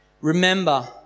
Remember